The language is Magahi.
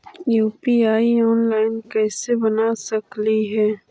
यु.पी.आई ऑनलाइन कैसे बना सकली हे?